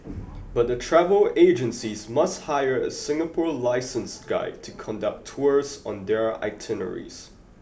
but the travel agencies must hire a Singapore licensed guide to conduct tours on their itineraries